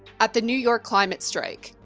at the new york climate strike,